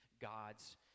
God's